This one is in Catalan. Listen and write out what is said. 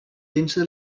dintre